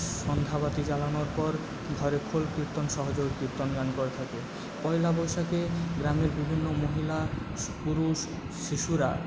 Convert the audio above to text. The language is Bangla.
সন্ধ্যাবাতি জ্বালানোর পর ঘরে খোল কীর্তন সহযোগে কীর্তন গান করে থাকে পয়লা বৈশাখে গ্রামের বিভিন্ন মহিলা পুরুষ শিশুরা